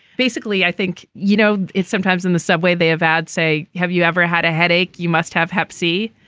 basically i think you know it's sometimes in the subway they have ad say have you ever had a headache you must have hep c.